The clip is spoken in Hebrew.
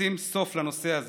לשים סוף לנושא הזה,